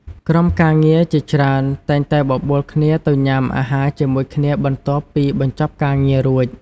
ក្រុមការងារជាច្រើនតែងតែបបួលគ្នាទៅញ៉ាំអាហារជាមួយគ្នាបន្ទាប់ពីបញ្ចប់ការងាររួច។